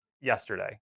yesterday